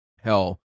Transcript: hell